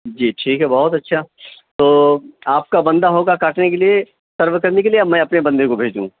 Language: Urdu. جی ٹھیک ہے بہت اچھا تو آپ کا بندہ ہوگا کاٹنے کے لیے سرو کرنے کے لیے یا میں اپنے بندے کو بھیجوں